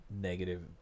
negative